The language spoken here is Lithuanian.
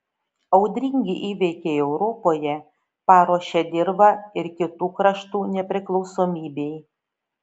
audringi įvykiai europoje paruošė dirvą ir kitų kraštų nepriklausomybei